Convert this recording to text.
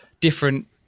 different